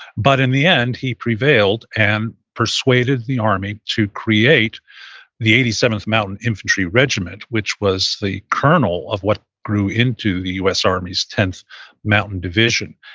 but in the end, he prevailed and persuaded the army to create the eighty seventh mountain infantry regiment, which was the kernel of what grew into the u s. army's tenth mountain division.